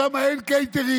ושם אין קייטרינג,